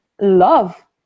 love